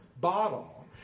bottle